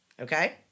Okay